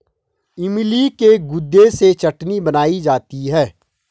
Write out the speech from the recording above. इमली के गुदे से चटनी बनाई जाती है